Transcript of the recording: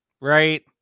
right